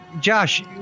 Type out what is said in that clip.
Josh